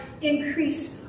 increase